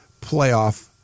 playoff